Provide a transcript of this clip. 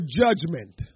judgment